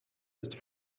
ist